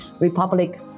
republic